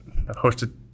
Hosted